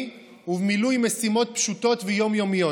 ובמילוי משימות פשוטות ויום-יומיות.